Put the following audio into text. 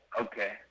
okay